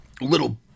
little